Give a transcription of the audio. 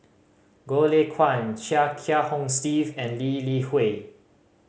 Goh Lay Kuan Chia Kiah Hong Steve and Lee Li Hui